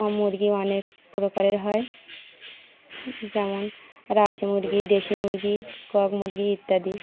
মুরগি অনেক প্রকারের হয় যেমন রাচ মুরগি দেশি মুরগি কক মুরগি ইত্যাদি